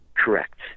Correct